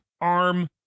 ARM